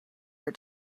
are